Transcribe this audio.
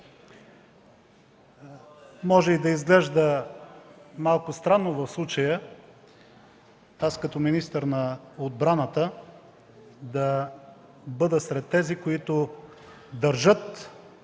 Може и да изглежда малко странно в случая аз като министър на отбраната да бъда сред тези, които държат